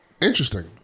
Interesting